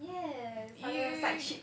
yes 他的 side chick